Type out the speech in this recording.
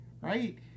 right